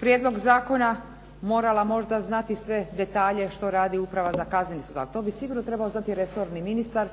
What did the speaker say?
prijedlog zakona morala možda znati sve detalje što radi uprava za .../Govornica se ne razumije./... a to bi sigurno trebao znati resorni ministar